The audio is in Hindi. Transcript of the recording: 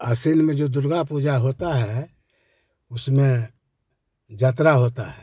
आसीन में जो दुर्गा पूजा होती है उस में जात्रा होती है